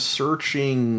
searching